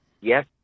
yes